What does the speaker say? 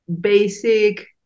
basic